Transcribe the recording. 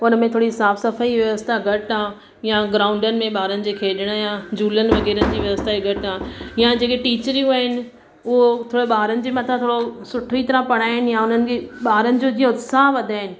हुन में थोरी साफ़ु सफ़ाई व्यवस्था घटि आहे या ग्राउंडनि में ॿारनि जे खेॾण जा झूलनि वग़ैरहनि जी व्यवस्था घटि आहे या जेके टीचरियूं आहिनि उहो थोरो ॿारनि जे मथां थोरो सुठी तरह पढ़ाइन या हुननि जी ॿारनि जो जीअं उत्साहु वधाइनि